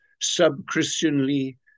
sub-Christianly